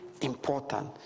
important